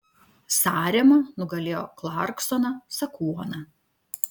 sarema nugalėjo klarksoną sakuoną